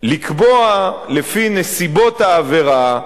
לקבוע לפי נסיבות העבירה,